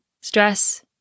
stress